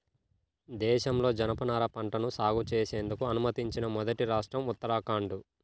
దేశంలో జనపనార పంటను సాగు చేసేందుకు అనుమతించిన మొదటి రాష్ట్రం ఉత్తరాఖండ్